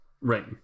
Right